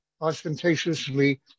ostentatiously